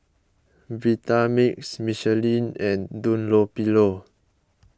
Vitamix Michelin and Dunlopillo